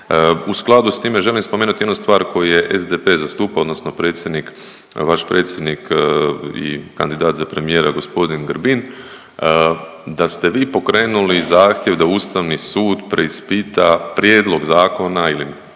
U skladu s time želim spomenuti jednu stvar koju je SDP zastupao odnosno predsjednik, vaš predsjednik i kandidat za premijera gospodin Grbin da ste vi pokrenuli zahtjev da Ustavni sud preispita prijedlog zakona ili